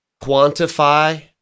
quantify